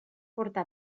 porta